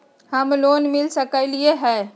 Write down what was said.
Home loan मिल सकलइ ह?